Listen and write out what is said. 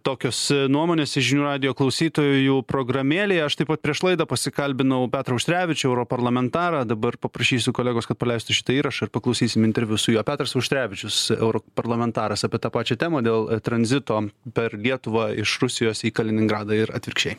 tokios nuomonės iš žinių radijo klausytojų programėlėje aš taip pat prieš laidą pasikalbinau petrą auštrevičių europarlamentarą dabar paprašysiu kolegos kad paleistų šitą įrašą ir paklausysim interviu su juo petras auštrevičius europarlamentaras apie tą pačią temą dėl tranzito per lietuvą iš rusijos į kaliningradą ir atvirkščiai